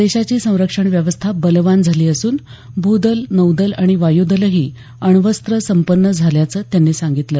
देशाची संरक्षण व्यवस्था बलवान झाली असून भूदल नौदल आणि वायुदलही अण्वस्त्रसंपन्न झाल्याचं त्यांनी सांगितलं